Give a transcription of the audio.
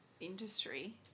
industry